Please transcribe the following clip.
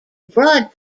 broad